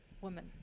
woman